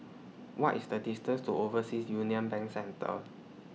What IS The distance to Overseas Union Bank Centre